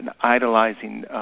idolizing